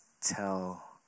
tell